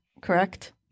correct